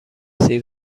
سیب